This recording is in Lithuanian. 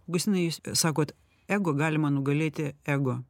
augustinai jūs sakot ego galima nugalėti ego